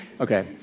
Okay